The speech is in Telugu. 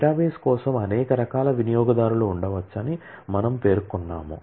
డేటాబేస్ కోసం అనేక రకాల వినియోగదారులు ఉండవచ్చని మనము పేర్కొన్నాము